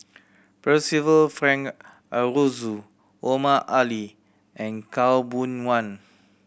Percival Frank Aroozoo Omar Ali and Khaw Boon Wan